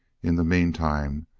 in the meantime,